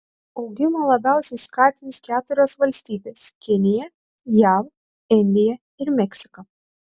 augimą labiausiai skatins keturios valstybės kinija jav indija ir meksika